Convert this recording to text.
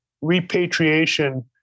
repatriation